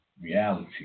reality